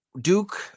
Duke